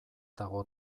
dago